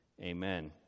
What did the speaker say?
Amen